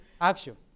Action